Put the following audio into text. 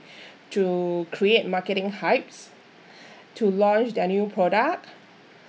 to create marketing hypes to launch their new product